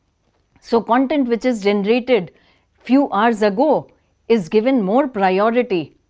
so content which is generated few hours ago is given more priority.